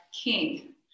king